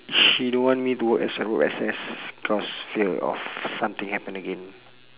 she don't want me to work as a road access cause fear of something happening again